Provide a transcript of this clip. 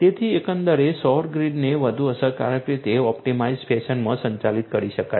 તેથી એકંદરે સૌર ગ્રીડને વધુ અસરકારક રીતે ઑપ્ટિમાઇઝ્ડ ફેશનમાં સંચાલિત કરી શકાય છે